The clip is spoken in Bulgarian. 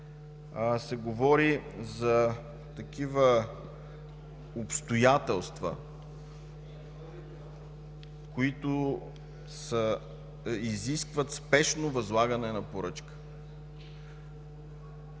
се говори за такива обстоятелства, които изискват спешно възлагане на поръчка.